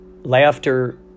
Laughter